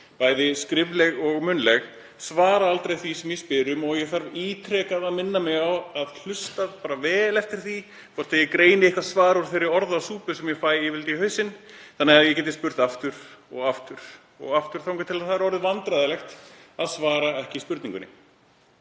bæði skrifleg og munnleg, svara aldrei því sem ég spyr um og ég þarf ítrekað að minna mig á að hlusta vel eftir því hvort ég greini eitthvert svar úr þeirri orðasúpu sem ég fæ yfirleitt í hausinn þannig að ég geti spurt aftur og aftur þangað til það er orðið vandræðalegt að svara ekki spurningunni.